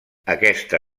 aquesta